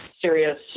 serious